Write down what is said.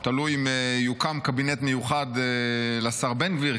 תלוי אם יוקם קבינט מיוחד לשר בן גביר.